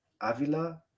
Avila